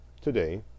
today